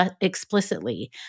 explicitly